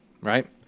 Right